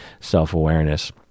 self-awareness